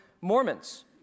Mormons